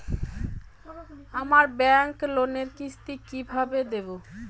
আমার ব্যাংক লোনের কিস্তি কি কিভাবে দেবো?